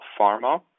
pharma